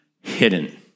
hidden